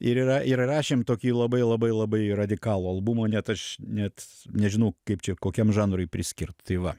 ir įra ir įrašėm tokį labai labai labai radikalų albumą net aš net nežinau kaip čia kokiam žanrui priskirt tai va